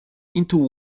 into